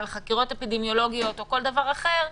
חקירות אפידמיולוגיות או כל דבר אחר,